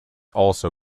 also